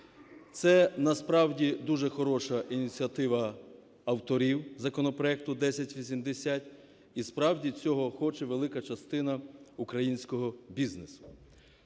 Це насправді дуже хороша ініціатива авторів законопроекту 1080, і справді, цього хоче велика частина українського бізнесу.